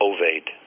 Oved